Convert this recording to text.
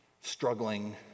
struggling